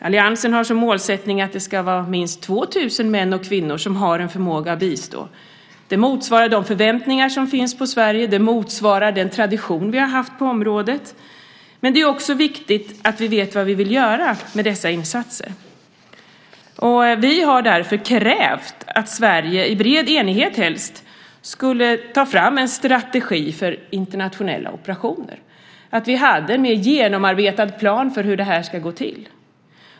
Alliansen har som målsättning att det ska vara minst 2 000 män och kvinnor som har en förmåga att bistå. Det motsvarar de förväntningar som finns på Sverige, och det motsvarar den tradition vi har haft på området. Men det är också viktigt att vi vet vad vi vill göra med dessa insatser. Vi har därför krävt att Sverige, i bred enighet helst, skulle ta fram en strategi för internationella operationer, så att vi hade en mer genomarbetad plan för hur det här ska gå till.